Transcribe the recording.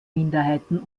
minderheiten